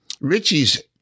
Richie's